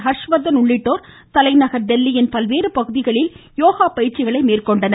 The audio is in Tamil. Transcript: ஹர்ஷ்வர்த்தன் உள்ளிட்டோர் தலைநகர் டெல்லியின் பல்வேறு பகுதிகளில் யோகா பயிற்சிகளை மேற்கொண்டனர்